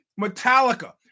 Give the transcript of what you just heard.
Metallica